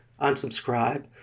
unsubscribe